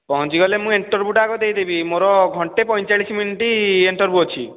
ପହଞ୍ଚିଗଲେ ମୁଁ ଇଣ୍ଟରଭ୍ୟୁଟା ଆଗ ଦେଇଦେବି ମୋର ଘଣ୍ଟେ ପଇଁଚାଳିଶ ମିନିଟ୍ ଇଣ୍ଟର୍ଭ୍ୟୁ ଅଛି